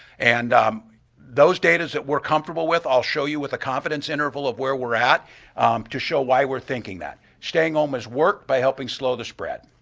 and those datas that we're comfortable with, i'll show you with the confidence interval of where we're at to show you why we're thinking that. staying home has worked by helping slow the spread.